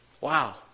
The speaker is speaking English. Wow